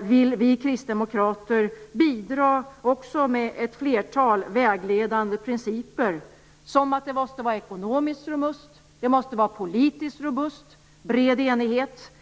vill vi kristdemokrater bidra också med ett flertal vägledande principer. Systemet måste vara ekonomiskt robust. Det måste vara politisk robust, och det måste råda bred enighet.